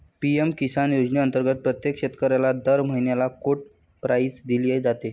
PM Kisan योजनेअंतर्गत प्रत्येक शेतकऱ्याला दर महिन्याला कोड प्राईज दिली जाते